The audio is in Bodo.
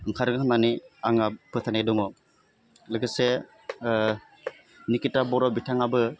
ओंखारो माने आंहा फोथायनाय दङ लोगोसे निखिता बर' बिथाङाबो